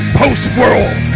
post-world